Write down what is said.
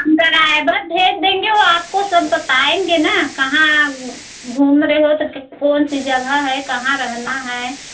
हम ड्राइवर भेज देंगे वह आपको सब बताएँगे ना कहाँ घूम रहे हो तो कौनसी जगह है कहाँ रहना है